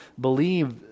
believe